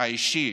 האישי